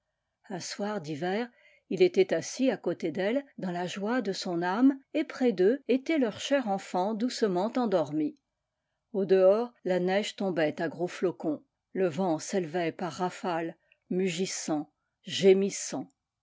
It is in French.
un soir d'hiver il était assis à côté d'elle dans la joie de son âme et près d'eux était leur cher enfant doucement endormi au dehors la neige tombait à gros flocons le vent s'élevait par rafales mugissant